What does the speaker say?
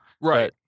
right